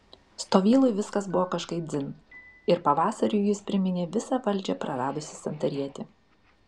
stovylui viskas buvo kažkaip dzin ir pavasariui jis priminė visą valdžią praradusį santarietį